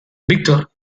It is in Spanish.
víctor